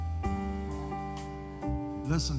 Listen